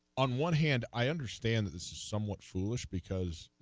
on one hand i understand this is somewhat foolish because